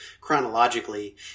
chronologically